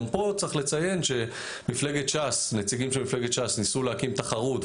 גם פה צריך לציין שנציגים של מפלגת ש"ס ניסו להקים תחרות,